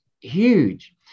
huge